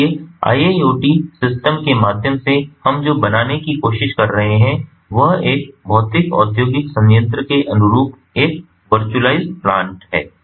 इसलिए IIoT system के माध्यम से हम जो बनाने की कोशिश कर रहे हैं वह एक भौतिक औद्योगिक संयंत्र के अनुरूप एक वर्चुअलाइज्ड प्लांट है